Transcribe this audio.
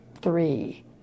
three